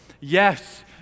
yes